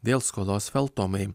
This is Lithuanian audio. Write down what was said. dėl skolos feltomai